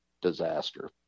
disaster